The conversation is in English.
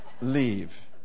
leave